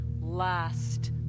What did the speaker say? last